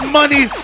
money